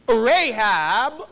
Rahab